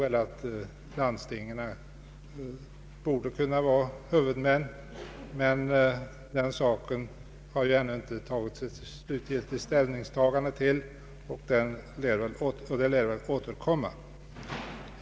Vi ansåg att landstingen borde kunna vara huvudmän, men till den saken har ännu inte tagits slutgiltig ställning, och ärendet lär väl återkomma.